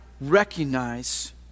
recognize